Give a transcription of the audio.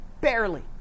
barely